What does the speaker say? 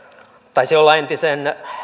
taisi olla entisen